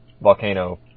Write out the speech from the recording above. Volcano